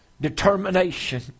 determination